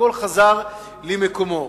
הכול יחזור למקומו.